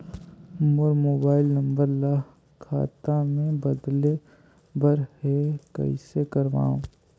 मोर mobile number ल खाता मे बदले बर हे कइसे करव?